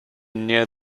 near